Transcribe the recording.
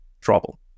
trouble